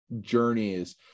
journeys